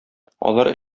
алар